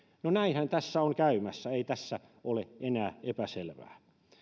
no näinhän tässä on käymässä ei tässä ole enää epäselvää